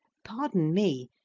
pardon me,